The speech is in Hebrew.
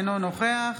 אינו נוכח